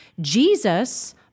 Jesus